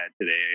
today